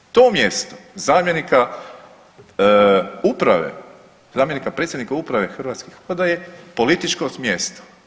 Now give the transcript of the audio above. To mjesto zamjenika uprave, zamjenika predsjednika uprave Hrvatskih voda je političko mjesto.